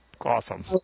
awesome